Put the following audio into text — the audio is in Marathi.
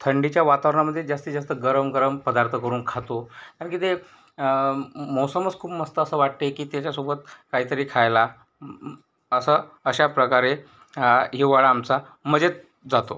थंडीच्या वातावरणामधे जास्तीत जास्त गरम गरम पदार्थ करून खातो कारण की ते मोसमच खूप मस्त असं वाटते की ते त्याच्यासोबत काहीतरी खायला असं अशाप्रकारे हिवाळा आमचा मजेत जातो